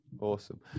Awesome